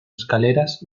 escaleras